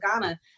Ghana